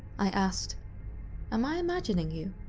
i asked am i imagining you?